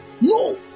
No